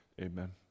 Amen